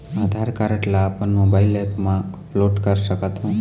आधार card ला अपन mobile app मा अपलोड कर सकथों?